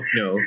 no